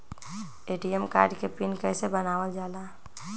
ATM card के pin कैसे बनावल जाला?